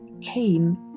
came